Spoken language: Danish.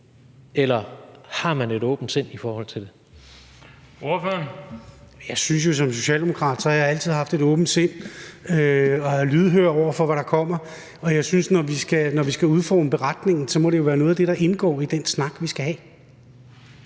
Kl. 17:31 Henrik Møller (S): Jeg synes jo, at jeg som socialdemokrat altid har haft et åbent sind og været lydhør over for, hvad der kommer. Og jeg synes, at når vi skal udforme beretningen, må det jo være noget af det, der indgår i den snak, vi skal have.